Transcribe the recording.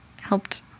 helped